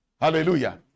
Hallelujah